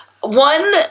One